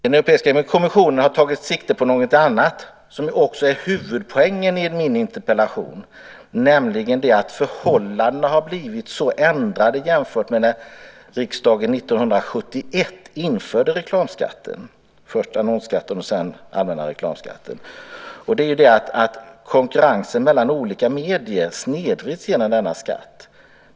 Europeiska kommissionen har tagit sikte på något annat, något som också är huvudpoängen i min interpellation, nämligen att förhållandena har blivit så ändrade jämfört med när riksdagen år 1971 införde reklamskatten - först var det annonsskatten och sedan den allmänna reklamskatten. Konkurrensen mellan olika medier snedvrids genom denna skatt.